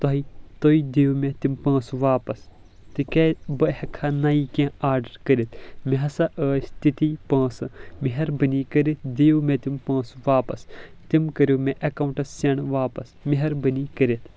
تۄہہِ تُہۍ دِیِو مےٚ تِم پونٛسہٕ واپس تِکیٛازِ بہٕ ہٮ۪کھٕ ہا نٔے کینٛہہ آڈر کٔرتھ مےٚ ہسا ٲسۍ تِتی پونٛسہٕ مہربٲنی کٔرتھ دِیِو مےٚ تِم پونٛسہٕ واپس تِم کٔرِو مےٚ اکاونٹس سیٚنڈ واپس مہربٲنی کٔرتھ